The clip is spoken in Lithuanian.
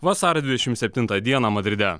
vasario dvidešimt septintą dieną madride